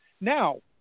Now